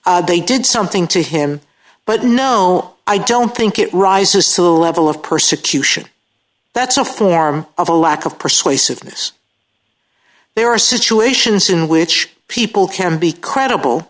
believe they did something to him but no i don't think it rises to the level of persecution that's a form of a lack of persuasiveness there are situations in which people can be credible